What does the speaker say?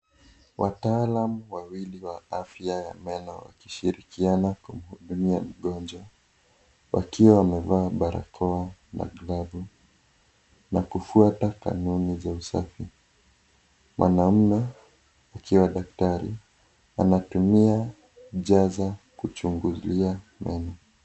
Wataalam wawili wa afya ya meno wakishirikiana kumhudumia mgonjwa; wakiwa wamevaa barakoa na glavu na kufuata kanuni za usafi. Mwanaume akiwa daktari anatumia jaza kuchungulia meno.